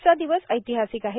आजचा दिवस ऐतिहासिक आहे